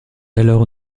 alors